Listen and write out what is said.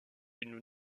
une